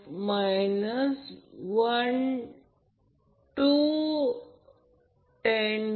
तर हा सोर्स आहे आणि हे ∆ कनेक्शन आहे